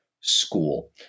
school